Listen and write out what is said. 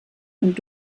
und